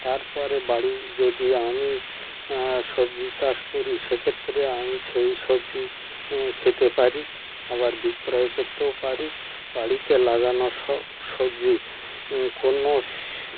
তারপরে বাড়ি যদি আমি সবজি চাষ করি সেক্ষেত্রে আমি সেই সবজি খেতে পারি আবার বিক্রয় করতেও পারি বাড়িতে লাগানো সব সবজি কোনো